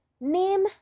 Name